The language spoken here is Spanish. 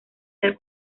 ser